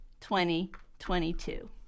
2022